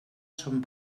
són